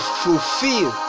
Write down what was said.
fulfill